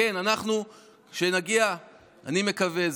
אני מקווה,